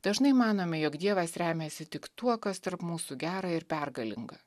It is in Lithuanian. dažnai manome jog dievas remiasi tik tuo kas tarp mūsų gera ir pergalinga